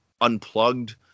unplugged